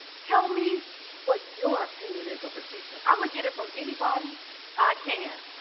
tell me what your opinion is of the secret i'm gonna get it from anybody i can.